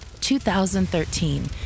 2013